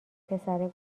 پسره